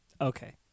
Okay